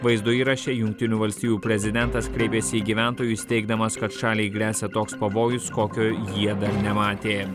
vaizdo įraše jungtinių valstijų prezidentas kreipėsi į gyventojus teigdamas kad šaliai gresia toks pavojus kokio jie dar nematė